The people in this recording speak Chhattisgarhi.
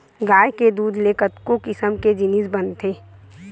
गाय के दूद ले कतको किसम के जिनिस बनथे